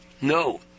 No